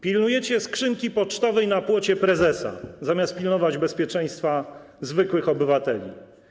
Pilnujecie skrzynki pocztowej na płocie prezesa, zamiast pilnować bezpieczeństwa zwykłych obywateli.